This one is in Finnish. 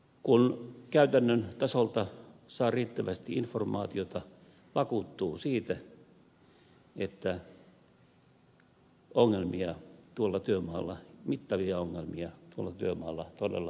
kun käytännön tasolta saa riittävästi informaatiota vakuuttuu siitä että ongelmia mittavia ongelmia tuolla työmaalla todella on